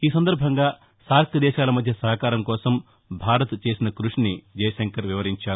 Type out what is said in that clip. ఈ సందర్బంగా సార్క్ దేశాల మధ్య సహకారం కోసం భారత్ చేసిన కృషిని జైశంకర్ వివరించారు